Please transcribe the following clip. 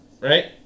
right